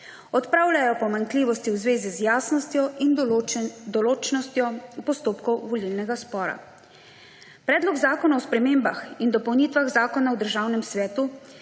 Odpravljajo pomanjkljivosti v zvezi z jasnostjo in določnostjo postopkov volilnega spora. Predlog zakona o spremembah in dopolnitvah Zakona o državnem svetu,